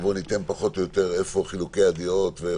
נראה איפה ישנם חילוקי דעות.